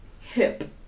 hip